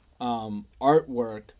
artwork